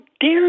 dare